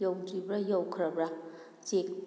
ꯌꯧꯗ꯭ꯔꯤꯕ꯭ꯔꯥ ꯌꯧꯈ꯭ꯔꯕ꯭ꯔꯥ ꯆꯦꯛ